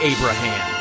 Abraham